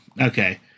okay